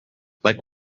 like